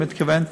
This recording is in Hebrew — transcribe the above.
אני מתכוון.